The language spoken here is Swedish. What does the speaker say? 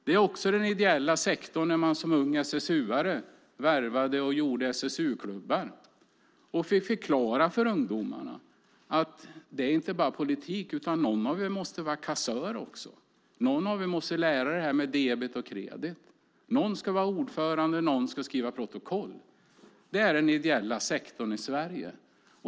Det är också den ideella sektorn när man som ung SSU:are värvade medlemmar och gjorde SSU-klubbar och fick förklara för ungdomarna att det inte bara är politik man ska ägna sig åt utan att någon av dem måste vara kassör också. Någon måste lära sig det här med debet och kredit. Någon ska vara ordförande och någon ska skriva protokoll. Det är den ideella sektorn i Sverige.